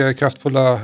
kraftfulla